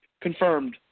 confirmed